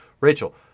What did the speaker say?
Rachel